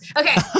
Okay